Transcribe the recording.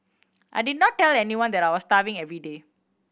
I did not tell anyone that I was starving every day